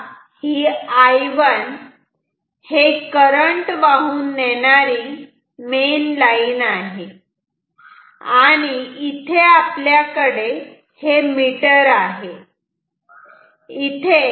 तेव्हा ही I1 हे करंट वाहून नेणारी मेन लाईन आहे आणि इथे आपल्याकडे हे मीटर आहे